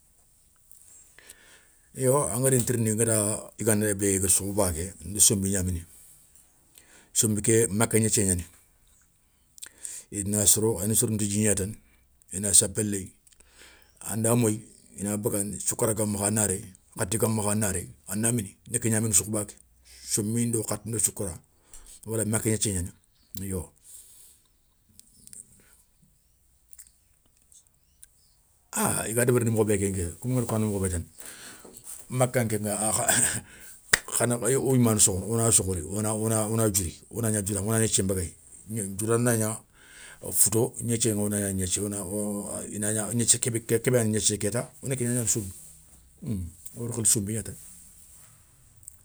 Yo anga di tirindi nga da yigandé bé yiga soukhouba ké ndi sombi nia mini sombi ké, maka niéthié niani, yo i na soro, ani sorono ti dji nia tane ina sapé léy anda moy ina bagandi soukara ga makha, ana réy khati, ga makha ana réy ana mini ndi ké nia mini soukhouba ké, sombi ndo khati ndo soukara wala maka niéthié niani yo. Ah iga dabarini mokhobé kénké komi ngara koŋi anda mokhobé tane maka kéŋa o yima ni sokhono ona sokhori ona diouri ona nia dioura ŋa ona niéthié mbéguéyi dioura na nia fouto niéthié ŋa ona nia niéthié ona niéthié kéba gua nia niéthiéŋa kéta ona ké nianiana sombi ona khili sombi nia tane.